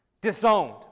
Disowned